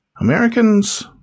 Americans